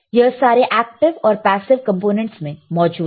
यह सारे एक्टिव और पैसिव कंपोनेंटस में मौजूद है